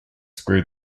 screw